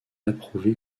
approuvé